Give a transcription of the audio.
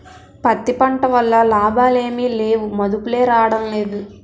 పత్తి పంట వల్ల లాభాలేమి లేవుమదుపులే రాడంలేదు